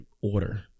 order